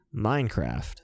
minecraft